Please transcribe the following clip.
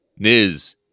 Niz